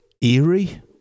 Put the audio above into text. eerie